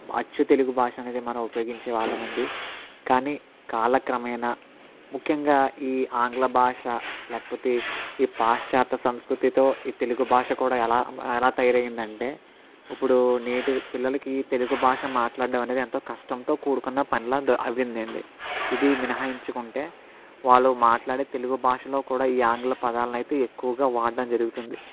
అచ్చు తెలుగు భాష అనేది మనం ఉపయోగించే వాళ్ళమండి కానీ కాలక్రమేణా ముఖ్యంగా ఈ ఆంగ్లభాష లేకపోతే ఈ పాశ్చాత్య సంస్కృతితో ఈ తెలుగు భాష కూడా ఎలా ఎలా తయారు అయ్యింది అంటే ఇప్పుడు నేటి పిల్లలకి తెలుగు భాష మాట్లాడడం అనేది ఎంతో కష్టంతో కూడుకున్న పనిలా అయ్యింది అండి ఇది మినహాయించుకుంటే వాళ్ళు మాట్లాడే తెలుగు భాషలో కూడా ఈ ఆంగ్ల పదాలను అయితే ఎక్కువగా వాడడం జరుగుతుంది